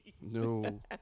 No